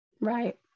Right